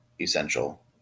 essential